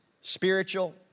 spiritual